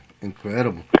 incredible